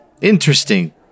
Interesting